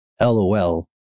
lol